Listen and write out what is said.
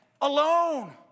alone